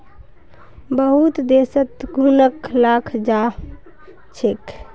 बहुत देशत घुनक खाल जा छेक